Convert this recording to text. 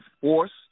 forced